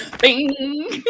Bing